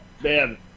man